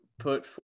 put